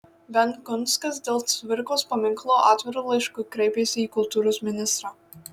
benkunskas dėl cvirkos paminklo atviru laišku kreipėsi į kultūros ministrą